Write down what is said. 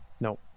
No